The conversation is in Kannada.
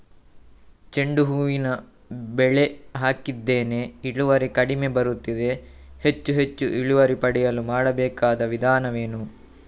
ಚೆಂಡು ಹೂವಿನ ಬೆಳೆ ಹಾಕಿದ್ದೇನೆ, ಇಳುವರಿ ಕಡಿಮೆ ಬರುತ್ತಿದೆ, ಹೆಚ್ಚು ಹೆಚ್ಚು ಇಳುವರಿ ಪಡೆಯಲು ಮಾಡಬೇಕಾದ ವಿಧಾನವೇನು?